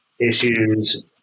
issues